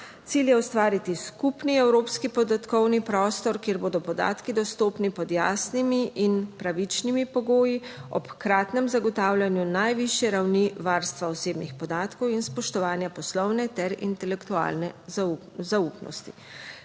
Cilj je ustvariti skupni evropski podatkovni prostor, kjer bodo podatki dostopni pod jasnimi in pravičnimi pogoji ob hkratnem zagotavljanju najvišje ravni varstva osebnih podatkov in spoštovanja poslovne ter intelektualne zaupnosti